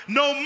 no